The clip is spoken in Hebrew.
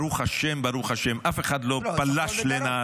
ברוך השם, ברוך השם, אף אחד לא פלש לנהריה.